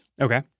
Okay